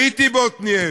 הייתי בעתניאל,